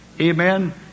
Amen